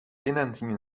inentingen